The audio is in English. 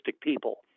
people